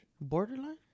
Borderline